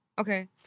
Okay